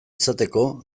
izateko